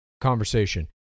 conversation